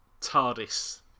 Tardis